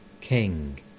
King